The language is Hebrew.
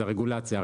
זו רגולציה.